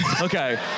Okay